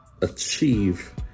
achieve